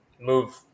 move